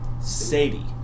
Sadie